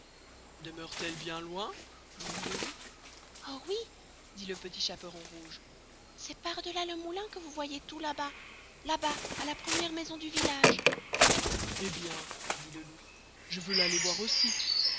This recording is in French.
demeure t elle bien loin lui dit le loup oh ouy dit le petit chaperon rouge c'est par delà le moulin que vous voyez tout là-bas à la premiere maison du village et bien dit le loup je veux l'aller voir aussi